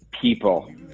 people